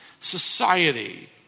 society